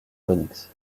connexe